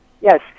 Yes